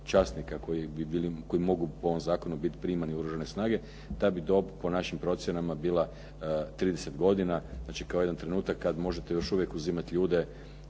časnika koji mogu po ovom zakonu biti primani u Oružane snage, ta bi dob po našim procjenama bila 30 godina znači kao jedan trenutak kada možete još uvijek uzimati ljude